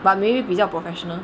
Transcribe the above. but maybe 比较 professional